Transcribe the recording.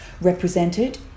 represented